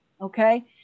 okay